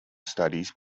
studies